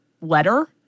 letter